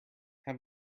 how